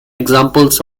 examples